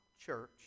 church